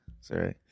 Sorry